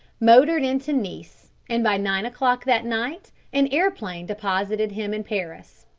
motored into nice, and by nine o'clock that night an aeroplane deposited him in paris.